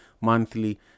monthly